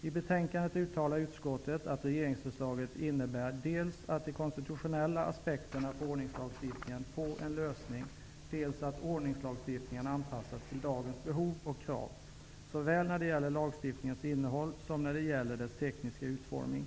I betänkandet uttalar utskottet att regeringsförslaget innebär dels att de konstitutionella aspekterna på ordningslagstiftningen får en lösning, dels att ordningslagstiftningen anpassas till dagens behov och krav när det gäller såväl lagstiftningens innehåll som dess tekniska utformning.